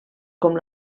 com